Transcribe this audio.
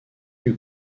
eut